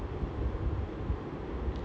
oh நம்பிட்டேன் நம்பிட்டேன்:nambittaen nambittaen